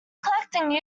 collecting